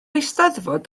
eisteddfod